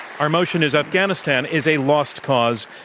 our motion is afghanistan is a lost cause,